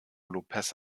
lópez